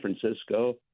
Francisco